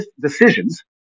decisions